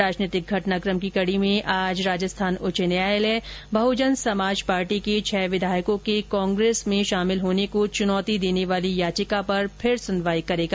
राजनीतिक घटनाकम की कड़ी में आज राजस्थान उच्च न्यायालय बहुजन समाज पार्टी के छह विधायकों के कांग्रेस में शामिल होने को चुनौती देने वाली याचिका पर सुनवाई करेगा